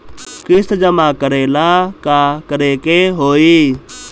किस्त जमा करे ला का करे के होई?